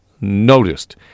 noticed